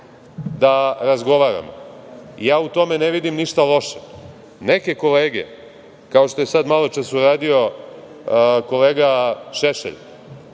da razgovaramo. Ja u tome ne vidim ništa loše. Neke kolege, kao što je sad maločas uradio kolega Šešelj,